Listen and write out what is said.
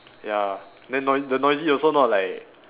ya then noi~ the noisy also not like